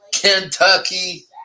kentucky